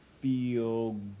feel